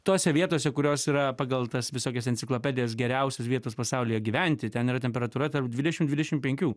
tose vietose kurios yra pagal tas visokias enciklopedijas geriausios vietos pasaulyje gyventi ten yra temperatūra tarp dvidešimt dvidešimt penkių